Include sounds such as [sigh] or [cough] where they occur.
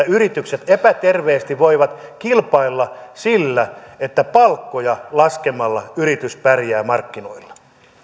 [unintelligible] yritykset epäterveesti voivat kilpailla sillä että palkkoja laskemalla yritys pärjää markkinoilla arvoisa puhemies